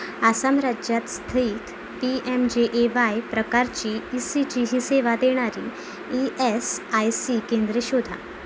आसाम राज्यात स्थित P M J A Y प्रकारची ई सी जी ही सेवा देणारी ई एस आय सी केंद्रे शोधा